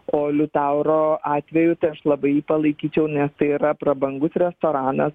o liutauro atveju tai aš labai jį palaikyčiau nes tai yra prabangus restoranas